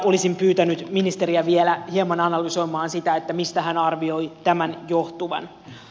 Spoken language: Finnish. olisin pyytänyt ministeriä vielä hieman analysoimaan mistä hän arvioi tämän johtuvan